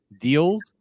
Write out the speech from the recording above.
deals